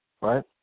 Right